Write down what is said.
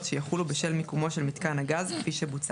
שיחולו בשל מיקומו של מיתקן הגז כפי שבוצע.